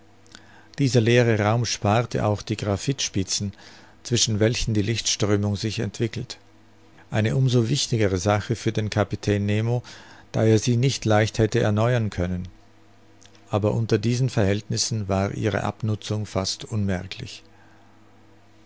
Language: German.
dieser leere raum sparte auch die graphitspitzen zwischen welchen die lichtströmung sich entwickelt eine um so wichtigere sache für den kapitän nemo da er sie nicht leicht hätte erneuern können aber unter diesen verhältnissen war ihre abnutzung fast unmerklich